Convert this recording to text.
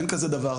אין כזה דבר.